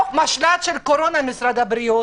קורונה של משרד הבריאות,